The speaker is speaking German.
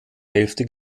hälfte